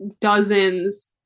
dozens